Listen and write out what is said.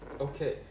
okay